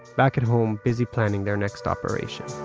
back at home, busy planning their next operation